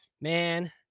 man